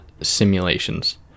simulations